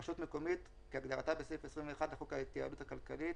"רשות מקומית" כהגדרתה בסעיף 21 לחוק ההתייעלות הכלכלית